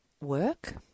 work